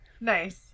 Nice